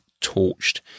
torched